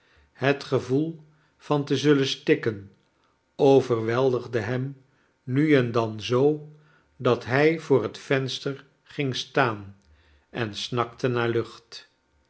het gevoel van te zullen stikken overweldigde hem nu en dan zoo dat hij voor het venster ging staan en snakte naar lnoht